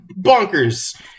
bonkers